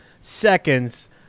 seconds